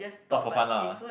talk for fun lah